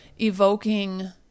evoking